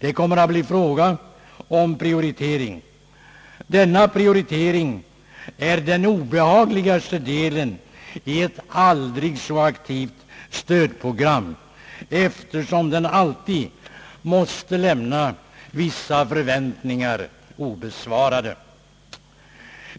Det kommer att bli fråga om prioritering. Denna prioritering är den obehagligaste delen i ett aldrig så aktivt stödprogram, eftersom den alltid måste lämna vissa förväntningar ouppfyllda.